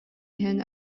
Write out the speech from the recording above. иһэн